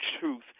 truth